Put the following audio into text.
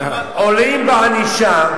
עולים בענישה.